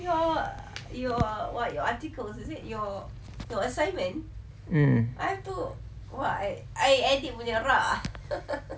mm